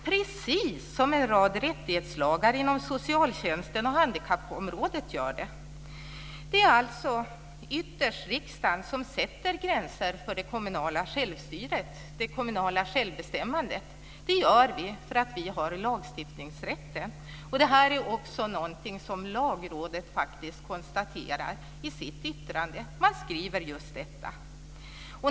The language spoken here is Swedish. Det gäller också en rad rättighetslagar inom socialtjänsten och på handikappområdet. Det är alltså ytterst riksdagen som sätter gränser för det kommunala självstyret - det kommunala självbestämmandet. Det gör vi för att vi har lagstiftningsrätten. Detta är också någonting som Lagrådet faktiskt konstaterar i sitt yttrande. Lagrådet skriver just detta.